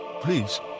Please